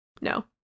No